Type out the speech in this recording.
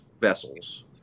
vessels